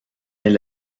est